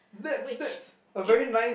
which is